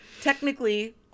technically